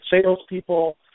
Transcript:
salespeople